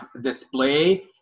display